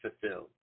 fulfilled